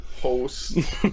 host